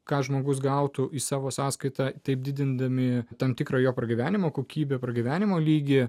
ką žmogus gautų iš savo sąskaitą taip didindami tam tikrą jo pragyvenimo kokybę pragyvenimo lygį